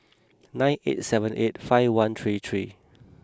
nine eight seven eight five one three three